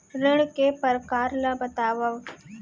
ऋण के परकार ल बतावव?